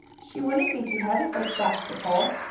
she wouldn't be too heavy for splash to pull.